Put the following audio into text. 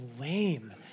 lame